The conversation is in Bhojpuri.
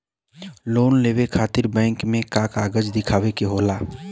लोन लेवे खातिर बैंक मे का कागजात दिखावे के होला?